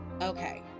okay